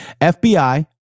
FBI